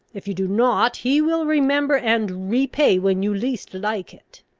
if you do not, he will remember and repay, when you least like it.